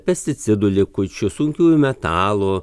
pesticidų likučių sunkiųjų metalų